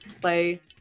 play